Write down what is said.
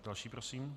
Další prosím.